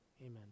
Amen